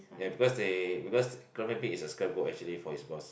ya because they because Clementi is a scapegoat actually for his boss